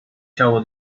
ciało